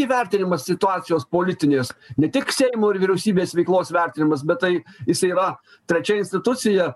įvertinimas situacijos politinės ne tik seimo ir vyriausybės veiklos vertinimas bet tai jis yra trečia institucija